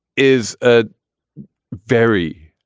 is a very,